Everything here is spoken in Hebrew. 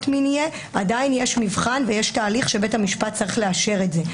מין עדיין יש מבחן יש תהלך שבית המשפט צריך לאשר את זה.